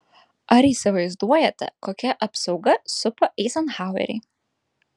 ar įsivaizduojate kokia apsauga supa eizenhauerį